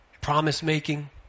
promise-making